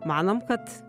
manom kad